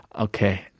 Okay